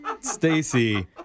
Stacy